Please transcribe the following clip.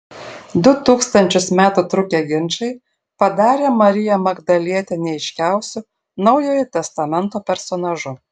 du tūkstančius metų trukę ginčai padarė mariją magdalietę neaiškiausiu naujojo testamento personažu